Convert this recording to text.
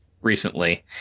recently